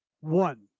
one